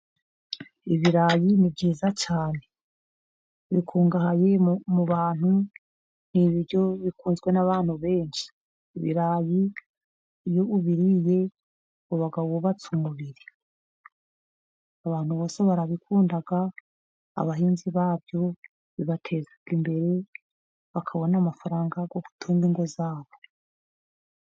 Ibirayi ni byiza cyane bikungahaye mu bantu, ni ibiryo bikunzwe n'abantu benshi. Ibirayi iyo ubiririye uba wubatse umubiri. Abantu bose barabikunda, abahinzi babyo bibateza imbere, bakabona amafaranga yo gutunga ingo zabo.